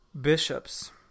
bishops